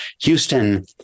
Houston